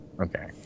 Okay